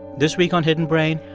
this week on hidden brain.